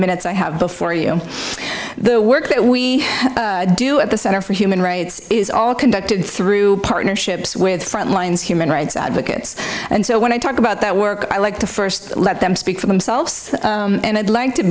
minutes i have before you the work that we do at the center for human rights is all conducted through partnerships with front lines human rights advocates and so when i talk about that work i'd like to first let them speak for themselves and i'd like to